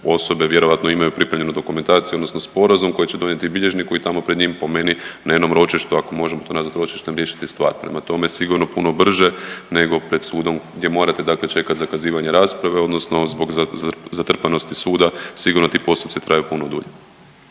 osobe vjerojatno imaju pripremljenu dokumentaciju odnosno sporazum koji će donijeti bilježniku i tamo pred njim po meni, na jednom ročištu, ako možemo to nazvati ročištem, riješiti stvar. Prema tome, sigurno puno brže nego pred sudom gdje morate dakle čekati zakazivanje rasprave odnosno zbog zatrpanosti suda, sigurno ti postupci traju puno dulje.